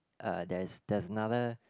uh there's there's another